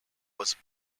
was